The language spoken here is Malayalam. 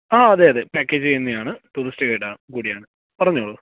ആ അതെ അതെ പാക്കേജ് ചെയ്യുന്നതാണ് ടൂറിസ്റ്റ് ഗൈഡും കൂടിയാണ് പറഞ്ഞുകൊള്ളൂ